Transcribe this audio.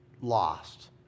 lost